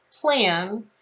plan